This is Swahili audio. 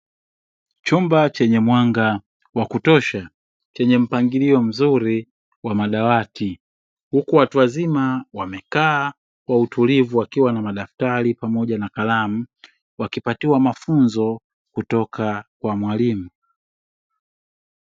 Chumba chenye mwanga wa kutosha chenye mpangilio mzuri wa madawati, huku watu wazima wamekaa kwa utulivu wakiwa na madaftari pamoja na kalamu wakipatiwa mafunzo kutoka kwa mwalimu.